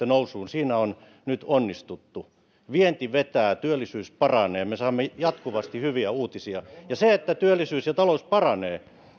nousuun siinä on nyt onnistuttu vienti vetää työllisyys paranee ja me saamme jatkuvasti hyviä uutisia ja se että työllisyys ja talous paranevat